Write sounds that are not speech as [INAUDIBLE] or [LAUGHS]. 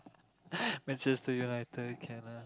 [LAUGHS] Manchester-United can lah